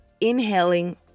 inhaling